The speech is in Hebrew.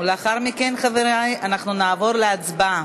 לאחר מכן, חברי, אנחנו נעבור להצבעה.